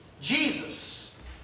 Jesus